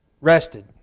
Rested